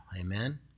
Amen